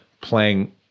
playing